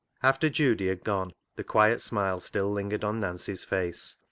after judy had gone the quiet smile still lingered on nancy's face,